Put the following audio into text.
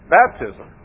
baptism